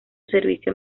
servicio